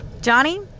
Johnny